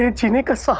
and to make so